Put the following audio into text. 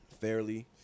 fairly